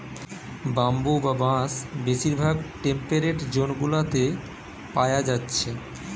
bamboo বা বাঁশ বেশিরভাগ টেম্পেরেট জোন গুলাতে পায়া যাচ্ছে